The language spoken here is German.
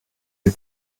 die